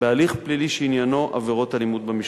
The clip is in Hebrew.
בהליך פלילי שעניינו עבירות אלימות במשפחה.